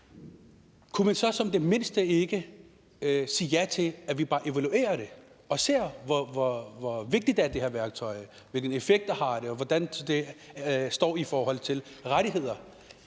kunne man så som det mindste ikke sige ja til, at vi bare evaluerer det og ser, hvor vigtigt det her værktøj er, hvilken effekt det har, og hvordan det står i forhold til rettigheder?